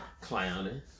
Clowning